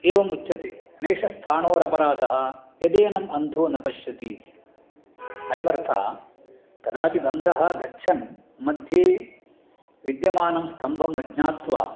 एवम् उच्यते नैषस्थाणोरपराधः यदेनम् अन्धो न पश्यति इति अयमर्थः कदाचित् अन्धः गच्छन् मध्ये विद्यमानं स्तम्भम् अज्ञात्वा